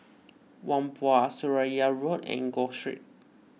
Whampoa Seraya Road Enggor Street